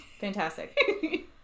Fantastic